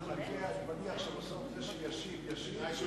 אני מניח שבסוף זה שישיב, ישיב, האמת היא